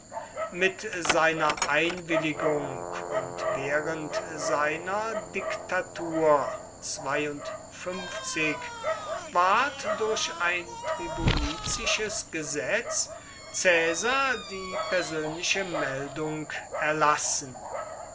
mit seiner einwilligung und während seiner diktatur ward durch ein tribunizisches gesetz caesar die persönliche meldung erlassen